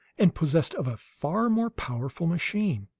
and possessed of a far more powerful machine.